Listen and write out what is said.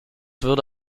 würde